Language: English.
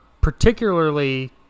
particularly